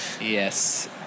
Yes